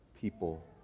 people